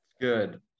Good